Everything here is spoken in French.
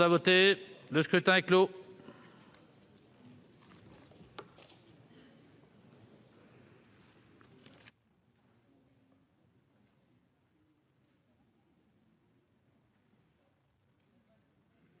Le scrutin est clos.